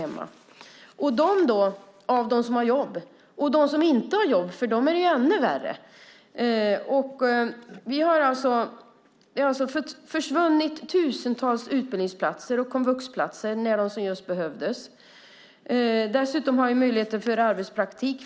För dem som inte har jobb är det ännu värre. Det försvann tusentals utbildningsplatser och komvuxplatser när de som bäst behövdes, och det har blivit svårare att få arbetspraktik.